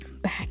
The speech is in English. back